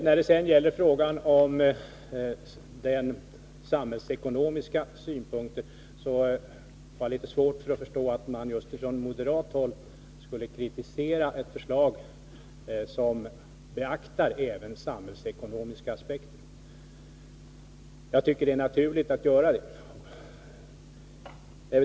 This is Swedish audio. När det sedan gäller frågan om den samhällsekonomiska synpunkten har jag litet svårt att förstå att man just från moderat håll skulle kritisera ett förslag som beaktar även samhällsekonomiska aspekter. Jag tycker att det är naturligt att göra det.